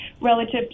relative